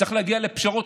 צריך להגיע לפשרות,